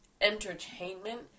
entertainment